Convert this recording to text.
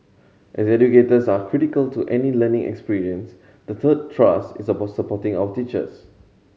as educators are critical to any learning experience the third thrust is about supporting our teachers